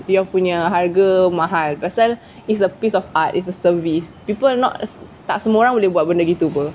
punya harga mahal it's a piece of art it's a service people not tak semua orang boleh buat benda gitu [pe]